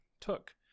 took